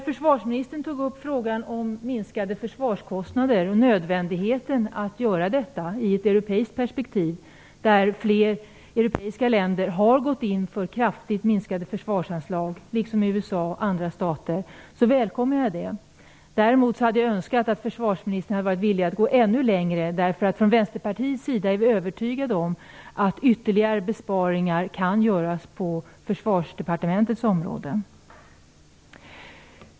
Försvarsministern tog upp frågan om minskade försvarskostnader och nödvändigheten av att detta görs i ett europeiskt perspektiv - flera europeiska länder har ju gått in för kraftigt minskade försvarsanslag, liksom exempelvis USA - och det välkomnar jag. Däremot hade jag önskat att försvarsministern skulle vara villig att gå ännu längre. Vi i Vänsterpartiet är nämligen övertygade om att ytterligare besparingar kan göras på Försvarsdepartementets område.